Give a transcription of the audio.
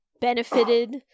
...benefited